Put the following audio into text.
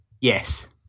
Yes